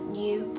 new